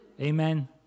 Amen